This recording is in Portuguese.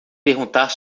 perguntar